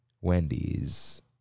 Wendy's